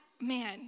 man